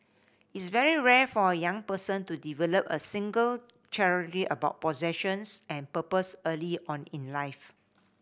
it's very rare for a young person to develop a singular clarity about possessions and purpose early on in life